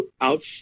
out